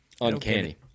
Uncanny